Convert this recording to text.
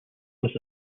was